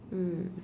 mm